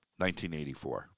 1984